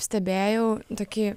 stebėjau tokį